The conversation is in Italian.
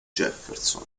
jefferson